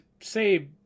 say